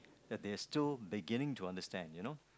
that they are still beginning to understand you know